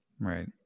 right